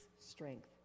strength